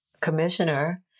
commissioner